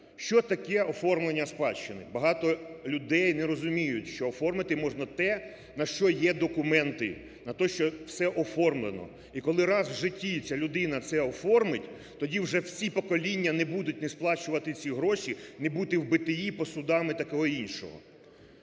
що таке оформлення спадщини. Багато людей не розуміють, що оформити можна те, на що є документи, на те, що все оформлено. І коли раз в житті ця людина це оформить, тоді вже всі покоління не будуть не сплачувати ці гроші, не бути в БТІ, по судах і такого іншого.